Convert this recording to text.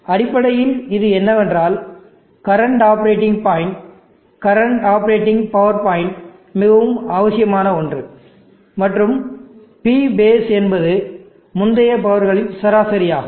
அடிப்படையில் இது என்னவென்றால் current operating point current operating power point மிகவும் அவசியமான ஒன்று மற்றும் P பேஸ் என்பது முந்தைய பவர்களின் சராசரியாகும்